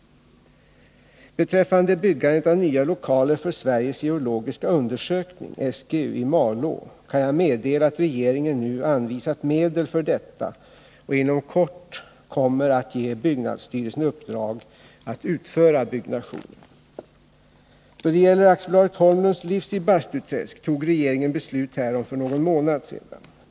Beträffande byggandet av nya lokaler för Sveriges geologiska undersökning i Malå kan jag meddela att regeringen nu anvisat medel för detta och inom kort kommer att ge byggnadsstyrelsen i uppdrag att utföra byggnationen. Då det gäller AB Holmlunds Livs i Bastuträsk tog regeringen beslut härom för någon månad sedan.